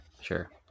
Sure